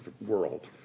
world